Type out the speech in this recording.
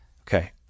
Okay